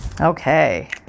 Okay